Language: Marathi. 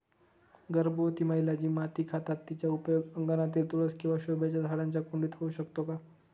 गर्भवती महिला जी माती खातात तिचा उपयोग अंगणातील तुळस किंवा शोभेच्या झाडांच्या कुंडीत होऊ शकतो का?